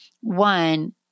one